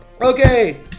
Okay